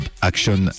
action